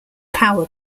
power